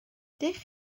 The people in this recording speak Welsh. ydych